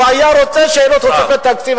הוא היה רוצה שתהיה לו תוספת תקציב,